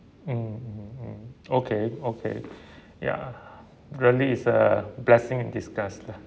mm mm okay okay ya really is a blessing in disguise lah